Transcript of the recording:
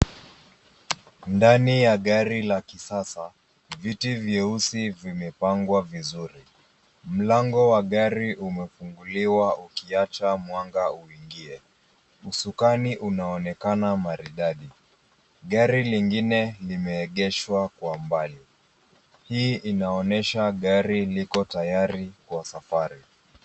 Ndani ya gari la kisasa, viti vyeusi vimepangwa vizuri. Mlango wa gari umefunguliwa ukiacha mwanga uingie. Usukani unaonekana maridadi. Gari lingine limeegeshwa kwa mbali. Hii inaonesha gari liko tayari kwa safari.